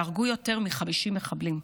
והרגו יותר מ-50 מחבלים.